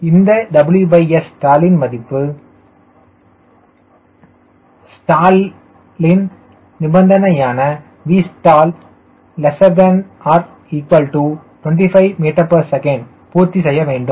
எனவே இந்த WSstall யின் மதிப்பு ஸ்டாலின் நிபந்தனையான Vstall 25 ms பூர்த்தி செய்ய வேண்டும்